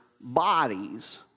bodies